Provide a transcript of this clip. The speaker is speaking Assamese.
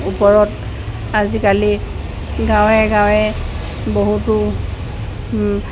ওপৰত আজিকালি গাঁৱে গাঁৱে বহুতো